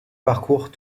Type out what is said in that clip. parcourent